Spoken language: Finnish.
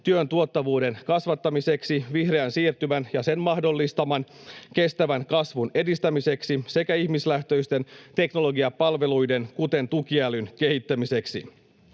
työn tuottavuuden kasvattamiseksi, vihreän siirtymän ja sen mahdollistaman kestävän kasvun edistämiseksi sekä ihmislähtöisten teknologiapalveluiden, kuten tukiälyn, kehittämiseksi.